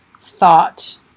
thought